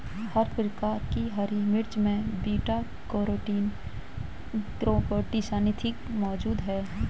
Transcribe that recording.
हर प्रकार की हरी मिर्चों में बीटा कैरोटीन क्रीप्टोक्सान्थिन मौजूद हैं